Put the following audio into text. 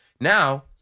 now